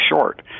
short